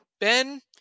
Ben